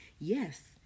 Yes